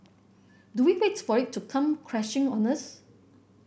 do we wait for it to come crashing on us